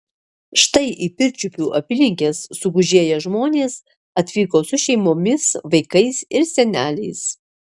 štai į pirčiupių apylinkes sugužėję žmonės atvyko su šeimomis vaikais ir seneliais